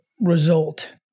result